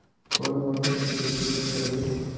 कौन मोटर के उपयोग करवे?